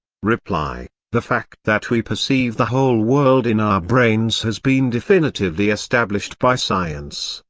reply the fact that we perceive the whole world in our brains has been definitively established by science,